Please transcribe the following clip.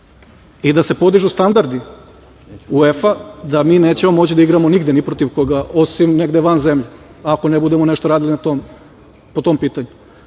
i da se podižu standardi UEFA, da mi nećemo moći da igramo nigde ni protiv koga, osim negde van zemlje ako ne budemo nešto radili po tom pitanju,